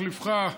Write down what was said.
מחליפך,